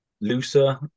looser